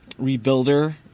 Rebuilder